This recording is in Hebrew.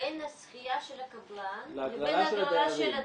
--- בין הזכייה של הקבלן לבין ההגרלה של הדיירים.